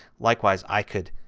likewise i could,